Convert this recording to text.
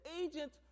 agent